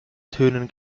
tönen